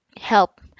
Help